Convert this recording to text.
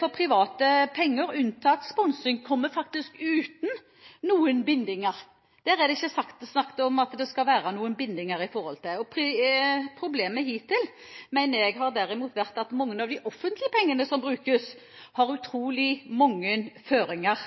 For private penger unntatt sponsing kommer faktisk uten noen bindinger. Det er ikke snakk om at det skal være noen bindinger når det gjelder det. Problemet hittil, mener jeg, har derimot vært at mange av de offentlige pengene som brukes, har utrolig mange føringer.